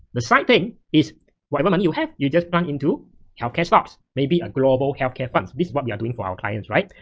the side thing is whatever money you have, you just pump into healthcare stocks, maybe a global healthcare funds. this what we are doing for our clients, right?